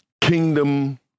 kingdom